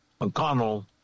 McConnell